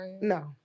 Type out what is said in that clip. No